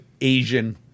Asian